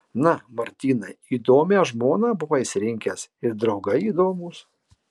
na martynai įdomią žmoną buvai išsirinkęs ir draugai įdomūs